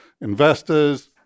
investors